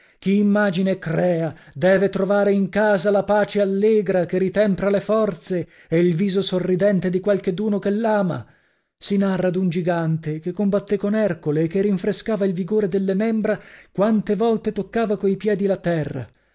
chi immagina e crea deve trovare in casa la pace allegra che ritempra le forze e il viso sorridente di qualcheduno che l'ama si narra d'un gigante che combattè con ercole e che rinfrescava il vigore delle membra quante volte toccava coi piedi la terra